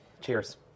Cheers